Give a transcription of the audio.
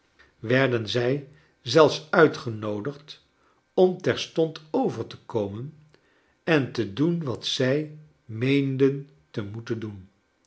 werden zij zelfs uitgenoodigd om terstond over te komen en te doen wat zij meenden te moeten doen